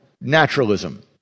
naturalism